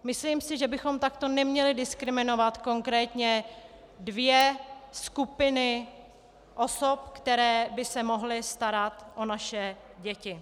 Myslím si, že bychom takto neměli diskriminovat konkrétně dvě skupiny osob, které by se mohly starat o naše děti.